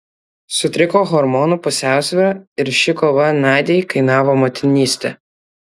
sutriko hormonų pusiausvyra ir ši kova nadiai kainavo motinystę